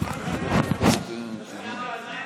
ותהיה בריא,